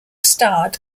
starred